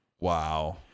wow